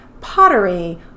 pottery